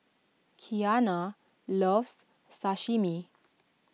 Kiana loves Sashimi